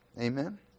Amen